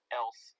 else